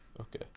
Okay